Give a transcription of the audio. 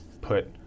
put